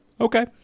okay